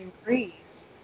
increase